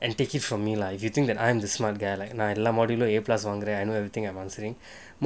and take it from me lah if you think that I'm the smart guy like நான் எல்லா:naan ella module லெயும்:leyum A plus வாங்குனேன்:vangunaen I know everything I'm answering